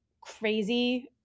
crazy